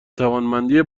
توانمندی